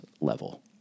level